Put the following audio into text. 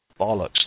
bollocks